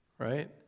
right